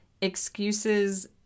excuses